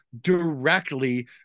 directly